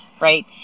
Right